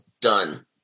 done